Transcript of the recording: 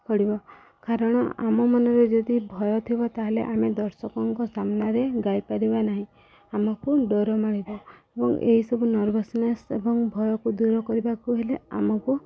ପଡ଼ିବ କାରଣ ଆମ ମନରେ ଯଦି ଭୟ ଥିବ ତାହେଲେ ଆମେ ଦର୍ଶକଙ୍କ ସାମ୍ନାରେ ଗାଇପାରିବା ନାହିଁ ଆମକୁ ଡର ମାଳିବ ଏବଂ ଏହିସବୁ ନର୍ଭସନେସ୍ ଏବଂ ଭୟକୁ ଦୂର କରିବାକୁ ହେଲେ ଆମକୁ